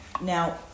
Now